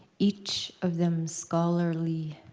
each of them scholarly.